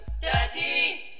Daddy